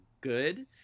good